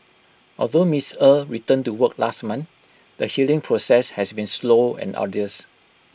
although miss er returned to work last month the healing process has been slow and arduous